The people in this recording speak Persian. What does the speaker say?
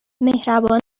مهربان